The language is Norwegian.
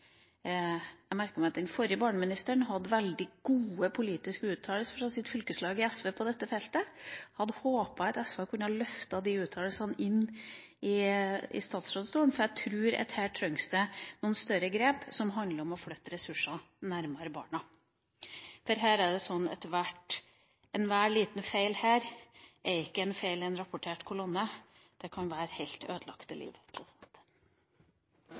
Jeg merket meg at den forrige barneministeren hadde veldig gode politiske uttalelser fra sitt fylkeslag i SV på dette feltet. Jeg hadde håpt at SV kunne ha løftet de uttalelsene inn i statsrådsstolen, for jeg tror at her trengs noen større grep som handler om å flytte ressursene nærmere barnet. For enhver liten feil her er ikke en feil i en rapportert kolonne, det kan bety helt ødelagte liv.